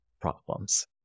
problems